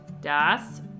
das